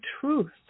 Truth